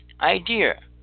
idea